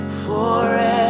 forever